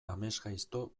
amesgaizto